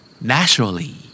Naturally